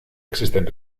existen